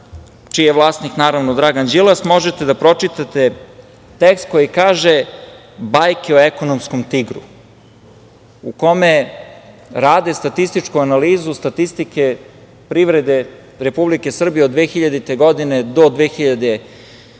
čiji je vlasnik naravno Dragan Đilas možete da pročitate tekst koji kaže „bajke o ekonomskom tigru“, u kome rade statističku analizu statistike privrede Republike Srbije od 2000. do 2011.